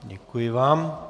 Děkuji vám.